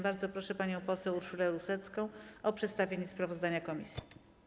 Bardzo proszę panią poseł Urszulę Rusecką o przedstawienie sprawozdania komisji.